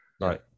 Right